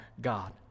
God